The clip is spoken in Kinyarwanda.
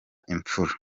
imfura